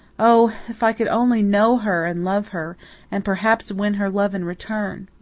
oh, if i could only know her and love her and perhaps win her love in return!